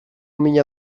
mina